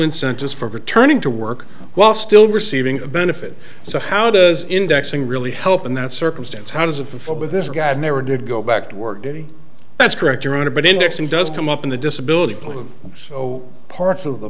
incentives for returning to work while still receiving benefits so how does indexing really help in that circumstance how does of this guy never did go back to work that's correct your honor but indexing does come up in the disability so parts of the